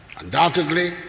Undoubtedly